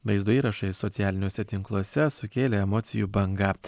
vaizdo įrašai socialiniuose tinkluose sukėlė emocijų bangą